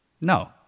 No